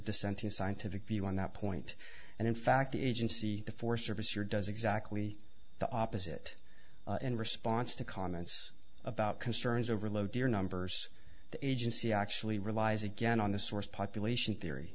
dissenting scientific view on that point and in fact the agency the forest service your does exactly the opposite in response to comments about concerns overload your numbers agency actually relies again on the source population theory